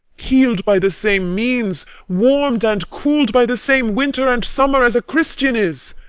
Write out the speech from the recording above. healed by the same means, warmed and cooled by the same winter and summer, as a christian is?